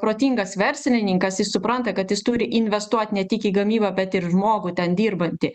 protingas verslininkas jis supranta kad jis turi investuot ne tik į gamybą bet ir žmogų ten dirbantį